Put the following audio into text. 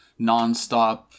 nonstop